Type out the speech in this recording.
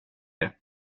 det